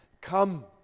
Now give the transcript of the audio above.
Come